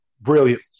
Brilliant